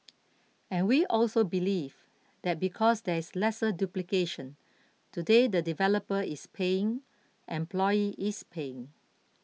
and we also believe that because there is lesser duplication today the developer is paying employee is paying